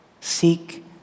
Seek